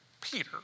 Peter